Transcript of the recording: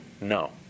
No